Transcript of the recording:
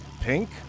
pink